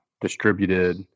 distributed